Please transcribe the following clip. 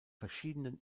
verschiedenen